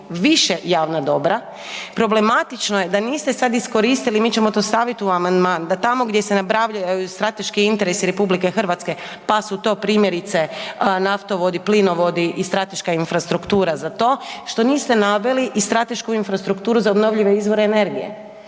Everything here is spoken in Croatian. više javna dobra. Problematično je, da niste sad iskoristili, mi ćemo to staviti u amandman, da tamo gdje se .../Govornik se ne razumije./... strateški interesi RH, pa su to primjerice, naftovodi, plinovodi i strateška infrastruktura za to, što niste naveli i stratešku infrastrukturu za obnovljive izvore energije.